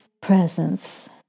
presence